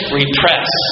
repress